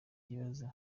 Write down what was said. kibazo